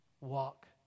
Walk